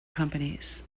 companies